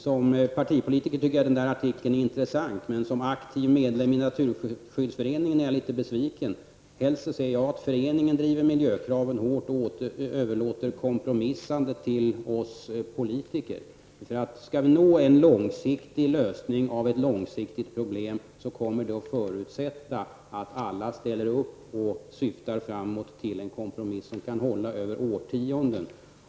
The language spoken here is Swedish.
Som partipolitiker tycker jag att artikeln är intressant, men som aktiv medlem i Naturskyddsföreningen är jag litet besviken. Helst ser jag att föreningen driver miljökraven hårt och överlåter kompromissandet till oss politiker. Skall vi nå en långsiktig lösning av ett långsiktigt problem, kommer det att förutsätta att alla ställer upp på en kompromiss som kan hålla över årtionden.